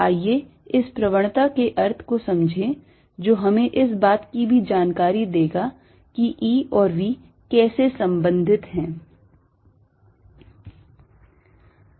आइए इस प्रवणता के अर्थ को समझें जो हमें इस बात की भी जानकारी देगा कि E और V कैसे संबंधित हैं